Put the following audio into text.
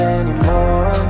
anymore